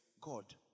God